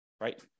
right